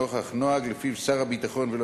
נוכח נוהג שלפיו שר הביטחון,